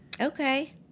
Okay